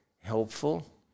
helpful